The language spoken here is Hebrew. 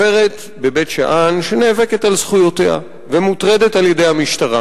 גברת בבית-שאן שנאבקת על זכויותיה ומוטרדת על-ידי המשטרה.